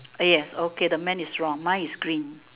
yes okay the man is wrong mine is green